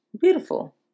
Beautiful